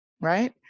right